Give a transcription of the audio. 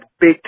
big